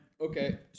Okay